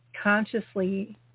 consciously